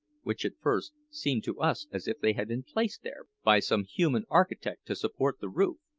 which at first seemed to us as if they had been placed there by some human architect to support the roof.